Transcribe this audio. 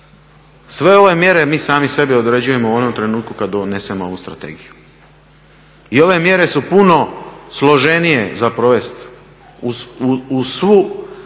Sve ove mjere mi sami sebi određujemo u onom trenutku kad donesemo ovu strategiju. I ove mjere su puno složenije za provesti uz svu,